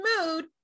mood